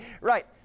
Right